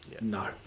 No